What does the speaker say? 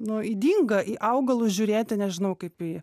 nu ydinga į augalus žiūrėti nežinau kaip į